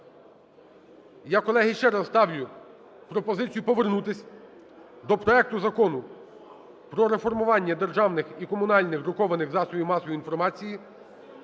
Я, колеги, ще раз ставлю пропозицію повернутись до проекту Закону "Про реформування державних і комунальних друкованих засобів масової інформації"